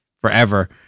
forever